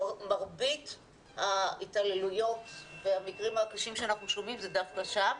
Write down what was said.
מרבית ההתעללויות והמקרים הקשים שאנחנו שומעים זה דווקא שם,